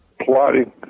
Plotting